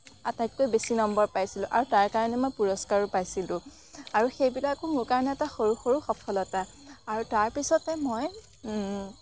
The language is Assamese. আটাইতকৈ বেছি নম্বৰ পাইছিলোঁ আৰু তাৰ কাৰণে মই পুৰস্কাৰো পাইছিলোঁ আৰু সেইবিলাকো মোৰ কাৰণে এটা এটা সৰু সৰু সফলতা আৰু তাৰপিছতে মই